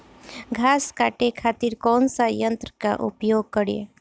घास काटे खातिर कौन सा यंत्र का उपयोग करें?